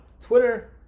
Twitter